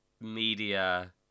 media